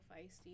feisty